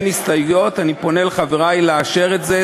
אין הסתייגויות, אני פונה לחברי לאשר את זה.